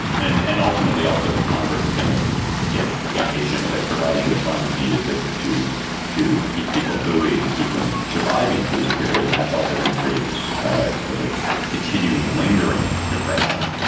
and and ultimately, also, the congress is going to get impatient with providing the funds needed to to to keep people boogied and keep them surviving through this period. and that's also going to create sort of a continuing lingering depression.